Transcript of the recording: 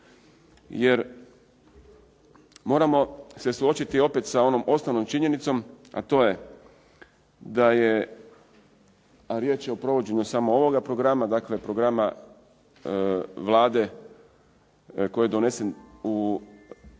jer moramo se opet suočiti sa onom osnovnom činjenicom, a to je da je, a riječ je o provođenju samo ovog programa, dakle programa Vlade koji je donesen u veljači